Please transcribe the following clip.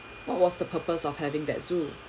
what was the purpose of having that zoo